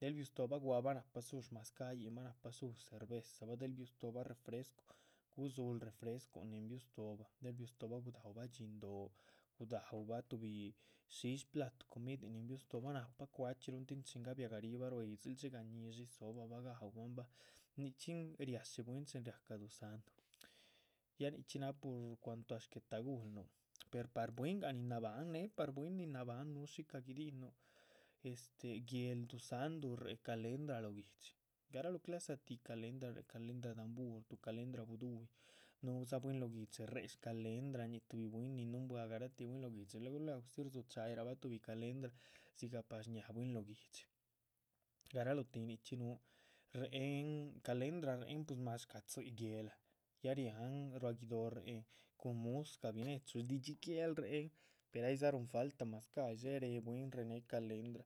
del biúhu stóobah gua´bah nahpa dzúhu. mazcáhyinbah nahpa dzúhu cervezabah riú stóoba refrescu gudzuhul refrescu nin biuhu stóohobah, del biuhu stóohobah gudahubah dhxín dóh gudahubah tuhbi shísh. platu comidin nin biuhu stóohobah náhpa cuachxíluhun tin chin gabiagarihba ruá yídzil dxigah ñi´dxi dzibahba gau´bahan bah nichxí riashí bwín chin ra´cah duuzáhndu. ya nichxí náha pur cuanto a guetaguhlnuh per par bwíngah nin nabahan, neh par bwín nin nabahan npuh shícah guidihinuh guéhl duzáhndu réhe calendra lóh guihdxi garalóo. clasa tih calendra réhe, réhe calendra dambura, tuh calendra budúyi, núhudza bwín lóh guihdxi réhe shcalendrañih tuhbi bwín nin núhunbua garatih bwín. lóho guíhdxi luegu luegu dzi rdzucha´yirahba tuhbi calendra dzigah pa shñáha bwín lóho guihdxi garalóh tih nichxí núhu réhen calendra réhen pues mas shca´ tzí guéhla. ya riáhan ruá guido´ réhen cun muscah binechu shdidxitih guéhl réhen per aydza rúhun falta mazcáhyi dxé réh bwín nin réhe née calendra.